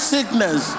sickness